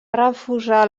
refusar